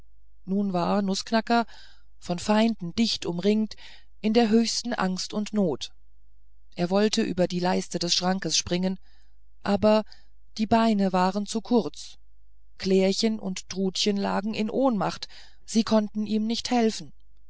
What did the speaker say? nun war nußknacker vom feinde dicht umringt in der höchsten angst und not er wollte über die leiste des schranks springen aber die beine waren zu kurz klärchen und trutchen lagen in ohnmacht sie konnten ihm nicht helfen